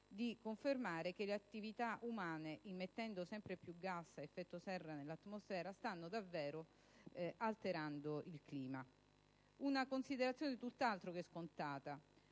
di confermare che le attività umane, immettendo sempre più gas a effetto serra nell'atmosfera, stanno davvero alterando il clima. È una considerazione tutt'altro che scontata,